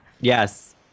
Yes